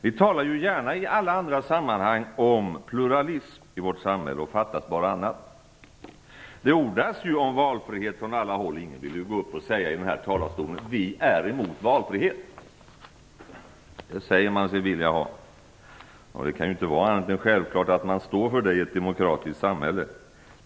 Vi talar gärna i alla andra sammanhang om pluralism i vårt samhälle, och fattas bara annat. Det ordas ju om valfrihet från alla håll. Ingen vill väl säga i talarstolen: "Vi är emot valfrihet." Det säger man sig vilja ha. Då kan det inte vara annat än självklart att man står för det i ett demokratiskt samhälle.